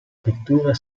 pittura